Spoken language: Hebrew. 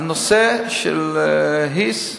הנושא של היס,